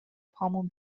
پامون